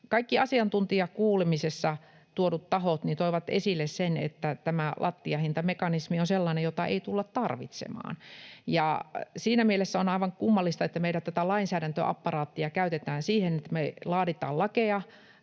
Kaikki asiantuntijakuulemiseen tuodut tahot toivat esille sen, että tämä lattiahintamekanismi on sellainen, jota ei tulla tarvitsemaan, ja siinä mielessä on aivan kummallista, että meillä tätä lainsäädäntöapparaattia käytetään siihen, että me laaditaan lakeja,